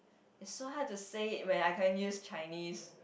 so hard to say it when I can't use Chinese